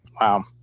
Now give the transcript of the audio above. Wow